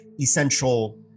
essential